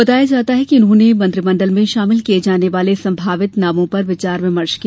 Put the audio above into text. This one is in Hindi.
बताया जाता है कि उन्होंने मंत्रिमंडल में शामिल किये जाने वाले संभावित नामों पर विचार विमर्श किया